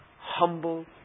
Humble